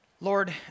Lord